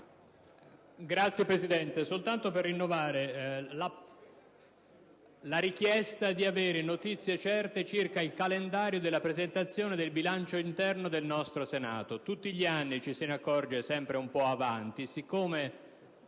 soltanto per rinnovare la richiesta di avere notizie certe circa i tempi per la presentazione del bilancio interno del nostro Senato. Tutti gli anni ce ne accorgiamo sempre un po' avanti